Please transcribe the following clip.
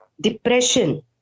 depression